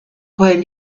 heulen